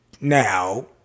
now